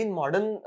modern